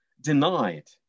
denied